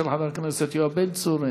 של חבר הכנסת יואב בן צור,